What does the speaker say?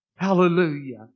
Hallelujah